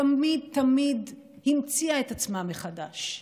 תמיד תמיד המציאה את עצמה מחדש.